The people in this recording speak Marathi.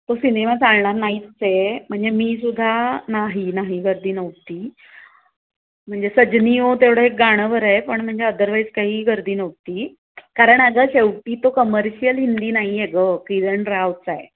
तो सिनेमा चालणार नाहीच आहे म्हणजे मी सुद्धा नाही नाही गर्दी नव्हती म्हणजे सजनी ओ तेवढं एक गाणं बरं आहे पण म्हणजे अदरवाईज काही गर्दी नव्हती कारण अगं शेवटी तो कमर्शियल हिंदी नाही आहे गं किरण रावचा आहे